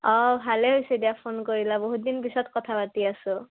অঁ ভালেই হৈছে এতিয়া ফোন কৰিলা বহুত দিন পিছত কথা পাতি আছোঁ